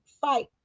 fight